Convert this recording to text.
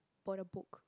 bought a book